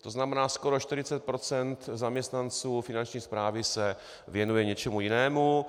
To znamená skoro 40 % zaměstnanců Finanční správy se věnuje něčemu jinému.